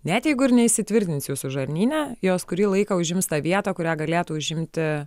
net jeigu ir neįsitvirtins jūsų žarnyne jos kurį laiką užims tą vietą kurią galėtų užimti